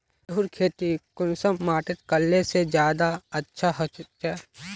गेहूँर खेती कुंसम माटित करले से ज्यादा अच्छा हाचे?